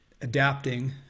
adapting